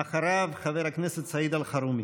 אחריו, חבר הכנסת סעיד אלחרומי.